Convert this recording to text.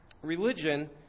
Religion